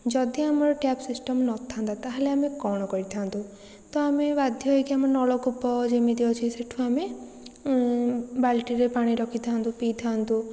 ଯଦି ଆମର tap system ନଥାନ୍ତା ତା'ହେଲେ ତ ଆମେ କ'ଣ କରିଥାନ୍ତୁ ତ ଆମେ ବାଧ୍ୟ ହେଇକି ଆମର ନଳକୂପ ଯେମିତି ଅଛି ସେଇଠୁ ଆମେ ବାଲ୍ଟିରେ ପାଣି ରଖିଥାନ୍ତୁ ପିଇଥାନ୍ତୁ